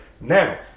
Now